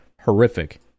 horrific